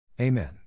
Amen